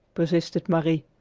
persisted marie.